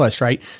right